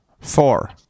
Four